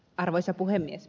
arvoisa puhemies